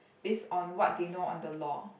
base on what they know on the law